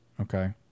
Okay